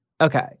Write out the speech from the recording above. Okay